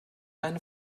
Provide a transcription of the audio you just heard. eine